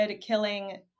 killing